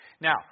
Now